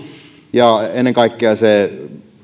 ja ennen kaikkea